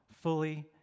fully